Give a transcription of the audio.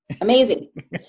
amazing